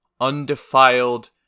undefiled